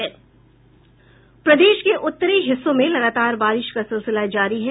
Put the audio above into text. प्रदेश के उत्तरी हिस्सों में लगातार बारिश का सिलसिला जारी है